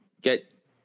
get